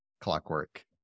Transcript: clockwork